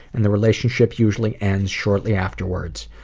and the relationship usually ends shortly afterwards.